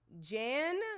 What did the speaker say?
Jan